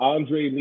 Andre